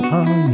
on